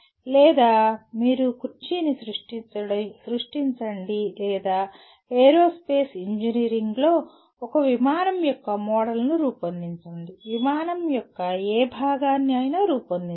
లేదా మీరు కుర్చీని సృష్టించండి లేదా ఏరోస్పేస్ ఇంజనీరింగ్లో ఒక విమానం యొక్క మోడల్ను రూపొందించండి విమానం యొక్క ఏ భాగాన్ని అయినా రూపొందించండి